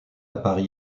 paris